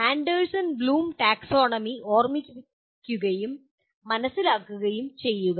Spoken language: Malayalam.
ആൻഡേഴ്സൺ ബ്ലൂം ടാക്സോണമി ഓർമ്മിക്കുകയും മനസ്സിലാക്കുകയും ചെയ്യുക